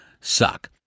suck